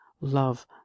Love